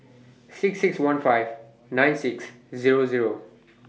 six six one five nine six Zero Zero